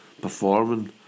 Performing